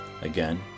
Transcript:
Again